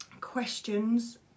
Questions